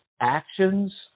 actions